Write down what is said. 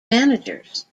managers